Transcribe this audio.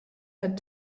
had